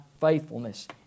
faithfulness